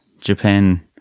Japan